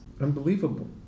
unbelievable